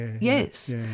yes